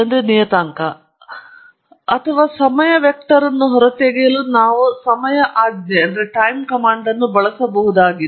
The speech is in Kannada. ಅಥವಾ ಸಮಯ ವೆಕ್ಟರ್ ಅನ್ನು ಹೊರತೆಗೆಯಲು ನಾವು ಸಮಯ ಆಜ್ಞೆಯನ್ನು ಬಳಸಬಹುದಾಗಿತ್ತು